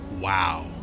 wow